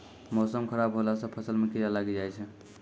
मौसम खराब हौला से फ़सल मे कीड़ा लागी जाय छै?